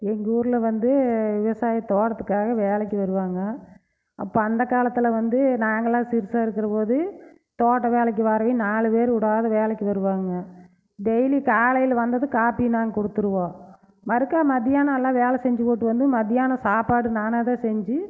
எங்கள் ஊரில் வந்து விவசாயத் தோட்டத்துக்காக வேலைக்கு வருவாங்க அப்போ அந்த காலத்தில் வந்து நாங்கெலாம் சிறுசாக இருக்கிற போது தோட்ட வேலைக்கு வரவியா நாலு பேர் விடாது வேலைக்கு வருவாங்க டெய்லி காலையில் வந்ததும் காப்பி நாங்கள் கொடுத்துருவோம் மறுக்கா மத்தியானம் எல்லாம் வேலை செஞ்சு போட்டு வந்து மத்தியானம் சாப்பாடு நானாக தான் செஞ்சு